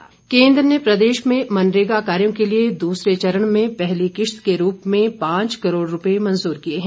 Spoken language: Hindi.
मनरेगा केंद्र ने प्रदेश में मनरेगा कार्यों के लिए दूसरे चरण में पहली किश्त के रूप में पांच करोड़ रूपए मंजूर किए हैं